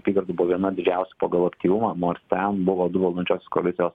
apygarda buvo viena didžiausių pagal aktyvumą nors ten buvo du valdančiosios koalicijos